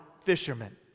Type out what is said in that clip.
fishermen